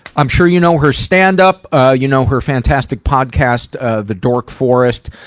i'm sure you know her standup, ah you know her fantastic podcast, ah the dork forest.